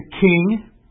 King